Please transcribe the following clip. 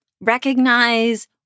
Recognize